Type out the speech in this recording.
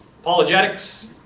Apologetics